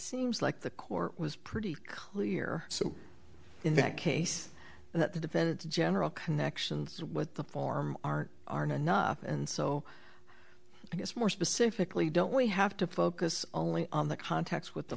seems like the court was pretty clear so in that case that the defense general connections with the form aren't aren't enough and so i guess more specifically don't we have to focus only on the context with the